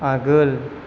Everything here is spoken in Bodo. आगोल